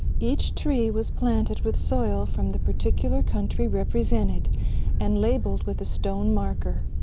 each tree was planted with soil from the particular country represented and labeled with a stone marker.